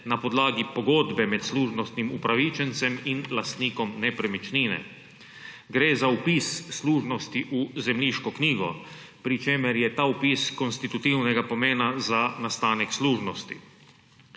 na podlagi pogodbe med služnostnim upravičencem in lastnikom nepremičnine. Gre za vpis služnosti v zemljiško knjigo, pri čemer je ta vpis konstitutivnega pomena za nastanek služnosti.